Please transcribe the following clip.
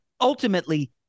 ultimately